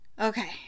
Okay